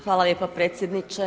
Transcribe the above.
Hvala lijepa predsjedniče.